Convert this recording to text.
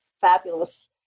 fabulous